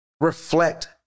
reflect